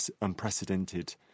unprecedented